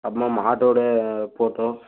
அப்புறமா மாட்டோடய ஃபோட்டோ